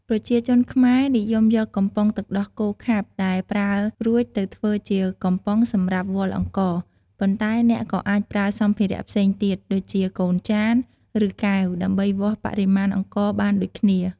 ប្រជាជនខ្មែរ និយមយកកំប៉ុងទឹកដោះគោខាប់ដែលប្រើរួចទៅធ្វើជាកំប៉ុងសម្រាប់វាល់អង្ករ ប៉ុន្តែអ្នកក៏អាចប្រើសម្ភារៈផ្សេងទៀត ដូចជា កូនចាន ឬ កែវ ដើម្បីវាស់បរិមាណអង្ករបានដូចគ្នា។